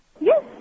Yes